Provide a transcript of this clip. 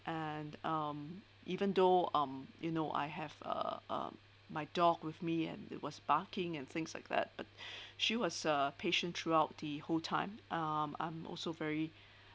and um even though um you know I have uh um my dog with me and it was barking and things like that but she was uh patient throughout the whole time um I'm also very